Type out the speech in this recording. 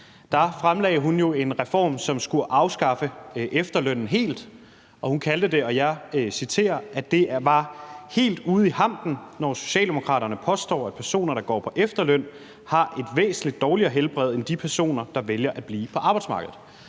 fremlagde hun jo en reform, som skulle afskaffe efterlønnen helt. Hun sagde, og jeg citerer: »Derfor er det helt ude i hampen, når Socialdemokraterne påstår, at personer, der går på efterløn, har et væsentlig dårligere helbred end de personer, der vælger at blive på arbejdsmarkedet.«